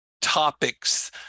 topics